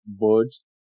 birds